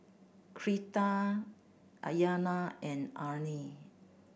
Cleta Ayana and Arne